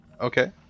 Okay